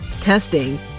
testing